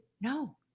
no